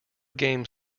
game